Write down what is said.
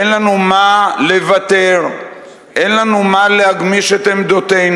אין לנו מה לוותר, אין לנו מה להגמיש את עמדותינו,